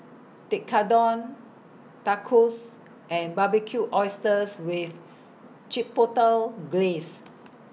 Tekkadon Tacos and Barbecued Oysters with Chipotle Glaze